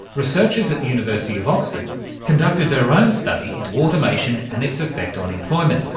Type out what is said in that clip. researchers at the university of oxford conducted their own study into automation and its effect on employment,